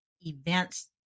events